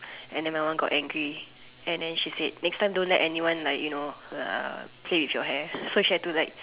and then my mom got angry and then she said next time don't let anyone like you know uh play with your hair so she had to like